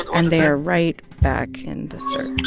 and they're right back in the search and